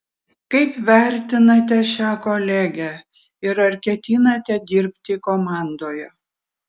kaip vertinate šią kolegę ir ar ketinate dirbti komandoje